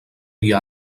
dia